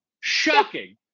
shocking